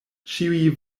ĉiuj